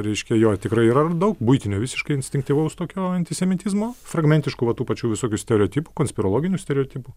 reiškia jo tikrai yra ir daug buitinio visiškai instinktyvaus tokio antisemitizmo fragmentiškų va tų pačių visokių stereotipų konspirologinių stereotipų